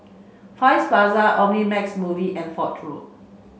Far East Plaza Omnimax Movie and Foch Road